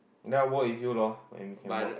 then I work with you loh then we can work